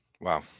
Wow